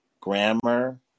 grammar